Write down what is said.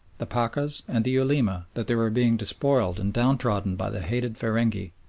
the pachas, and the ulema that they were being despoiled and downtrodden by the hated feringhee,